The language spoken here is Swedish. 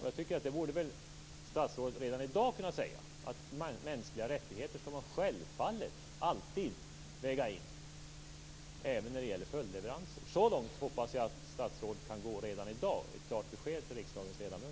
Jag tycker att statsrådet redan i dag borde kunna säga att man självfallet alltid skall väga in mänskliga rättigheter även när det gäller följdleveranser. Så långt hoppas jag att statsrådet kan gå redan i dag, ett klart besked till riksdagens ledamöter.